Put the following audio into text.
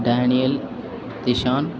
Daniel Kishanth